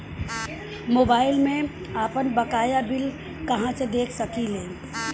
Mobile में आपनबकाया bill कहाँसे देख सकिले?